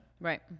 Right